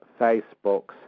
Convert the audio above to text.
Facebook's